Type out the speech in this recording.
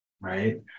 right